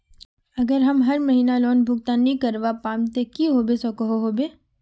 अगर हर महीना लोन भुगतान नी करवा पाम ते की होबे सकोहो होबे?